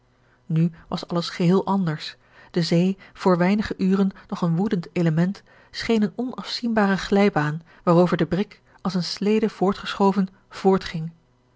nu was alles geheel anders de zee voor weinige uren nog een woedend element scheen eene onafzienbare glijbaan waarover de brik als eene slede voortgeschoven